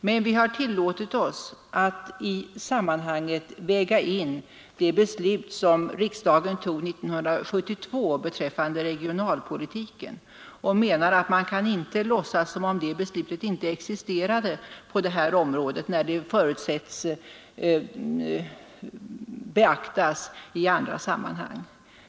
Men vi har tillåtit oss att i sammanhanget väga in det beslut som riksdagen tog 1972 beträffande regionalpolitiken och menar att man kan inte låtsas som om det beslutet inte existerade på det här området, när det förutsetts beaktas i andra sammanhang.